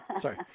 Sorry